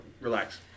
Relax